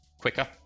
quicker